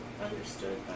understood